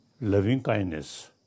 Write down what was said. loving-kindness